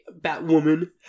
Batwoman